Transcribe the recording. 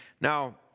Now